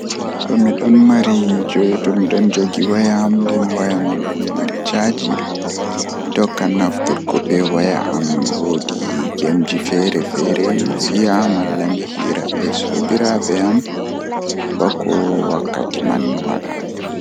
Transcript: A jaɓɓii, ko miɗo faalaama on ko nder jam. Gaari ngol ngoni ko moƴƴere fota, nde njippude ko ka laawol ndimaagu e no ɗum njogortii, heɓata ka heewi faa njabbii. Gaari ngol waɗi ceede ngal heɓataa goɗɗum, sabu o waɗi nder hakkunde semmbugol ndee ka njaatigi e duuɗal.